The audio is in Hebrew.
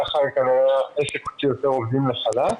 ככה כנראה העסק הוציא יותר עובדים לחל"ת,